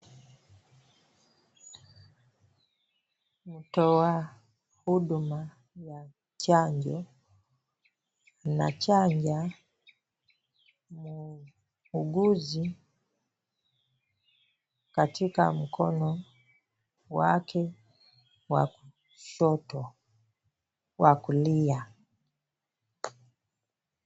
Mtoa huduma ya chanjo anachanja muuguzi katika mkono wake wa kushoto wa kulia.